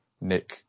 Nick